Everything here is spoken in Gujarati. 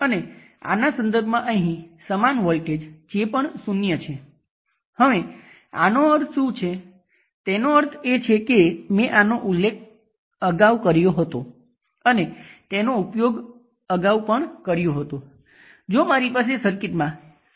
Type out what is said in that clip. તેથી આ 800 Ω સાથે સિરિઝમાં 4 વોલ્ટનો સોર્સ હશે તેથી ખૂબ જ સરળ ઉદાહરણ છે